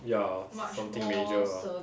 ya something major lah